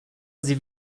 sie